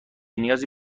نیازی